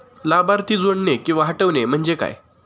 लाभार्थी जोडणे किंवा हटवणे, म्हणजे काय?